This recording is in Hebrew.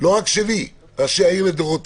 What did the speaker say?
לא רק שלי, אלא של ראשי העיר לדורותיהם,